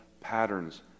patterns